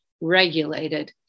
regulated